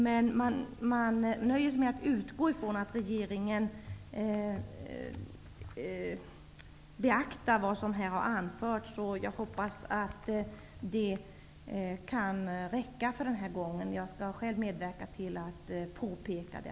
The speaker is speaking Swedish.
Man nöjer sig med att utgå ifrån att regeringen beaktar vad som här har anförts. Jag hoppas att det räcker den här gången. Annars skall jag själv medverka till att påpeka det.